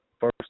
First